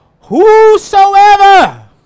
whosoever